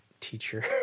teacher